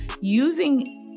using